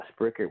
Spricker